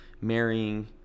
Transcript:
marrying